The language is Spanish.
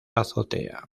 azotea